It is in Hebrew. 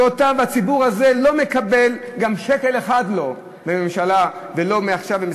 והציבור הזה לא מקבל גם שקל אחד מהממשלה ועכשיו לא,